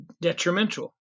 detrimental